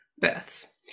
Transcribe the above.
births